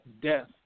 death